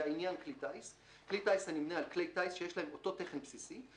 לעניין כלי טיס - כלי טיס הנמנה על כלי טיס שיש להם אותו תכן בסיסי,